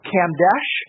Kamdesh